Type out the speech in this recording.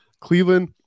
Cleveland